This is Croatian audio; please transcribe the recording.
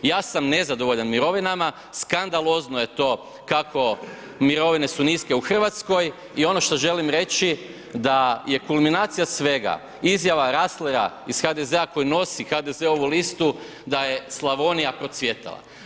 Ja sam nezadovoljan mirovinama, skandalozno je to kako mirovine su niske u Hrvatskoj i ono što želim reći da je kulminacija svega, izjava Resslera iz HDZ-a koji nosi HDZ-ovu listu, da je Slavonija procvjetala.